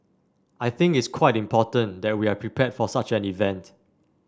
I think it's quite important that we are prepared for such an event